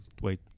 wait